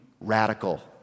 radical